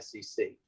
sec